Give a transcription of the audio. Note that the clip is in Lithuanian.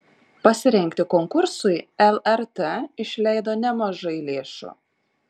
pasirengti konkursui lrt išleido nemažai lėšų